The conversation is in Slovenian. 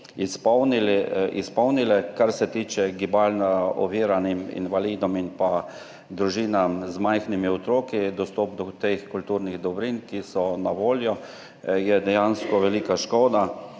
izpolnile, kar se tiče gibalno oviranih, invalidov in družin z majhnimi otroki pri dostopu do teh kulturnih dobrin, ki so na voljo, kar je dejansko velika škoda.